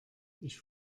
ich